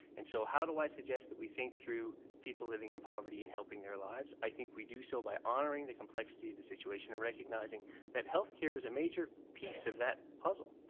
and so how do i suggest that we think through people living in poverty and helping their lives? i think we do so by honouring the complexity of the situation and recognizing that health care is a major piece of that puzzle.